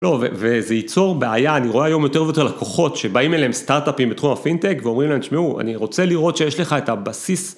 לא, וזה ייצור בעיה, אני רואה היום יותר ויותר לקוחות שבאים אליהם סטארט־אפים בתחום הפינטק ואומרים להם, תשמעו, אני רוצה לראות שיש לך את הבסיס...